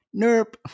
NERP